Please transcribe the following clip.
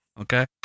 okay